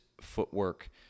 footwork